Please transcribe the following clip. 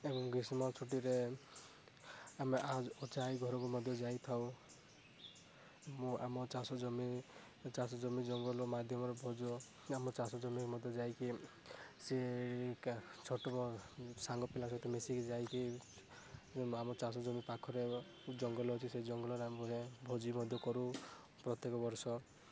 ଆଉ ଗ୍ରୀଷ୍ମ ଛୁଟିରେ ଆମେ ଅଜା ଆଈ ଘରକୁ ମଧ୍ୟ ଯାଇଥାଉ ମୁଁ ଆମ ଚାଷ ଜମି ଚାଷ ଜମି ଜଙ୍ଗଲ ମାଧ୍ୟମରେ ଆମ ଚାଷ ଜମି ମଧ୍ୟ ଯାଇକି ସେ ଛୋଟ ବେଳେ ସାଙ୍ଗ ପିଲା ସହିତ ମିଶିକି ଯାଇକି ଆମ ଚାଷ ଜମି ପାଖରେ ଜଙ୍ଗଲ ଅଛି ସେ ଜଙ୍ଗଲରେ ଆମେ ଭୋଜି ମଧ୍ୟ କରୁ ପ୍ରତ୍ୟେକ ବର୍ଷ